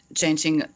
changing